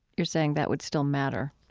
you're saying that would still matter?